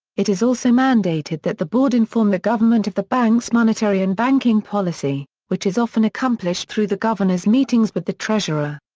it is also mandated that the board inform the government of the bank's monetary and banking policy, which is often accomplished through the governor's meetings with the treasurer.